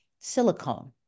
silicone